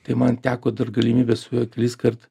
tai man teko dar galimybė su juo triskart